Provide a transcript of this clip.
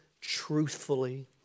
truthfully